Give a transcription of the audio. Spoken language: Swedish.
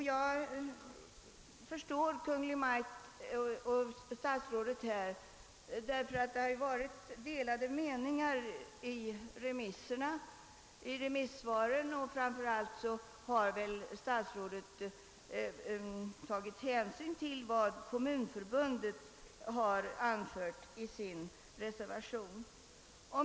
Jag förstår statsrådets ställningstagande; det har ju av remissvaren framgått att meningarna varit delade, och framför allt har väl statsrådet tagit hänsyn till vad Kommunförbundet anfört.